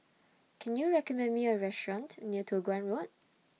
Can YOU recommend Me A Restaurant near Toh Guan Road